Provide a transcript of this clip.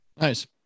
Nice